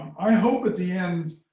i hope at the end,